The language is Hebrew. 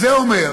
זה אומר